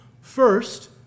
First